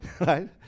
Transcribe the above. Right